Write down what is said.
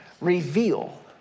reveal